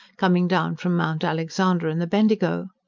coming down from mount alexander and the bendigo.